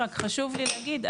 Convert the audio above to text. רק חשוב לי להגיד,